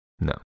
No